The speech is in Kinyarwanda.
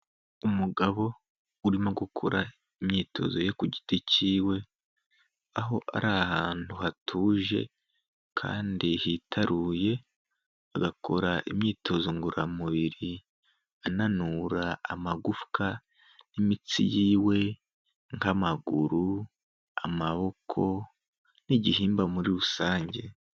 Umugabo urimo gukora imyitozo ye ku giti kiwe, aho ari ahantu hatuje kandi hitaruye agakora imyitozo ngororamubiri, ananura amagufwa n'imitsi yiwe nk'amaguru, amaboko n'igihimba muri rusange.